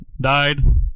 died